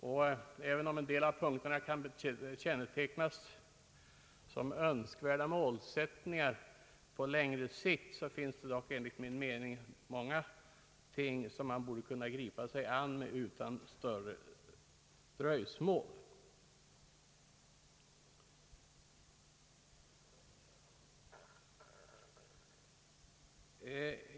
Och även om en del av punkterna kan kännetecknas som önskvärda målsättningar på längre sikt finns det enligt min mening många ting som man borde kunna gripa sig an med utan större dröjsmål.